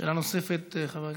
שאלה נוספת, חבר הכנסת.